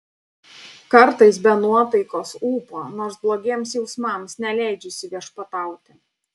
kartais be nuotaikos ūpo nors blogiems jausmams neleidžiu įsiviešpatauti